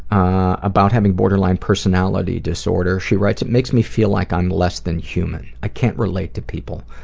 about having borderline personality disorder, she writes, it makes me feel like i'm less than human. i can't relate to people.